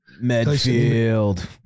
Medfield